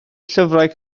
llyfrau